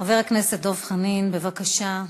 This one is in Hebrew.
חבר הכנסת דב חנין, בבקשה.